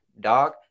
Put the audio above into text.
dog